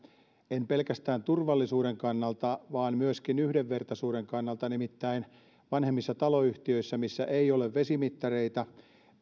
en pelkästään turvallisuuden kannalta vaan myöskin yhdenvertaisuuden kannalta nimittäin vanhemmissa taloyhtiöissä joissa ei ole vesimittareita